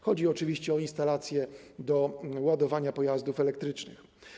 Chodzi oczywiście o instalacje do ładowania pojazdów elektrycznych.